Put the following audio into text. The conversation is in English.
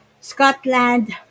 Scotland